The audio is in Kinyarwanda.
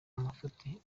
amafuti